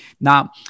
Now